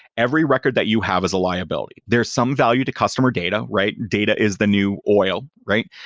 every record that you have is a liability. there's some value to customer data, right? data is the new oil, right?